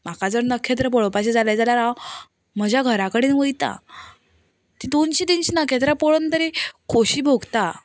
म्हाका जर नखेत्र पळोवाचें जालें जाल्यार हांव म्हज्या घरा कडेन वयतां तीं दोनशीं तिनशीं नखेत्रां पळोवन तरी खोशी भोगता